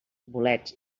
bolets